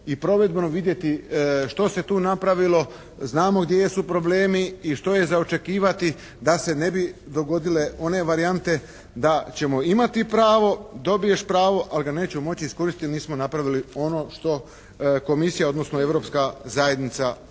i provedbeno vidjeti što se tu napravilo, znamo gdje su problemi i što je za očekivati da se ne bi dogodile one varijante da ćemo imati pravo, dobiješ pravo ali ga nećemo moći iskoristiti jer nismo napravili ono što komisija odnosno Europska zajednica